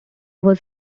was